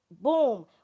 boom